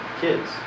kids